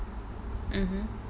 mmhmm